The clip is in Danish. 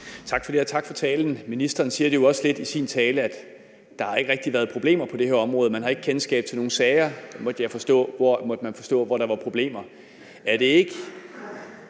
Tak for det, og tak for talen. Ministeren siger det jo også lidt i sin tale, altså at der ikke rigtig har været problemer på det her område, og at man ikke har kendskab til nogle sager, måtte man forstå, hvor der var problemer. Er det ikke